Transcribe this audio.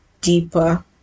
Deeper